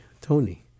Tony